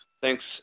Thanks